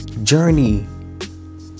journey